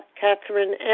Catherine